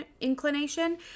inclination